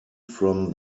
from